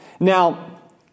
Now